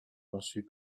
conçus